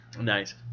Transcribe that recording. nice